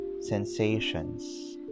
sensations